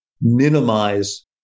Minimize